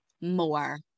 more